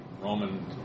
Roman